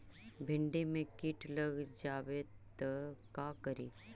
भिन्डी मे किट लग जाबे त का करि?